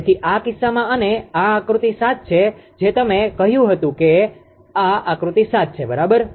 તેથી આ કિસ્સામાં અને આ આકૃતિ 7 છે જે તમે કહ્યું હતું કે આ આકૃતિ 7 છે બરાબર